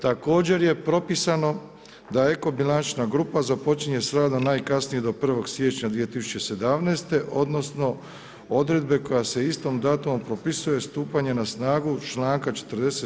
Također je propisano da Ekobilančna grupa započinje s radom najkasnije do 1. siječnja 2017., odnosno odredbe kojom se istim datumom propisuje stupanje na snagu čl. 70.